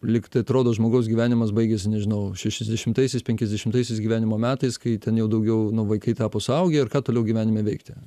lyg tai atrodo žmogaus gyvenimas baigiasi nežinau šešiasdešimtaisiais penkiasdešimtaisiais gyvenimo metais kai ten jau daugiau vaikai tapo suaugę ir ką toliau gyvenime veikti